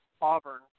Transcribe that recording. Auburn